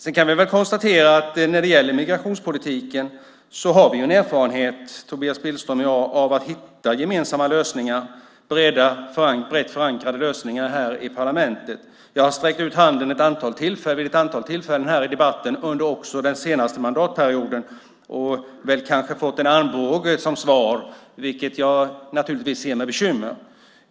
Vi kan konstatera att när det gäller migrationspolitiken har vi en erfarenhet, Tobias Billström och jag, av att hitta gemensamma, brett förankrade lösningar här i parlamentet. Jag har sträckt ut handen vid ett antal tillfällen här i debatten också under den senaste mandatperioden och kanske fått en armbåge som svar, vilket jag naturligtvis ser på med bekymmer.